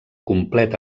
complet